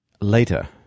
later